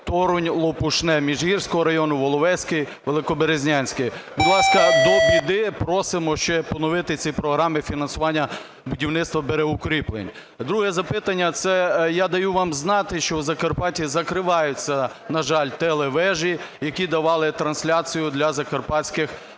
Торунь, Лопушне Міжгірського району, Воловецький, Великоберезнянський. Будь ласка, до біди, просимо ще поновити ці програми фінансування будівництва берегоукріплень. Друге запитання. Це я даю вам знати, що в Закарпатті закриваються, на жаль, телевежі, які давали трансляцію для Закарпатських мешканців.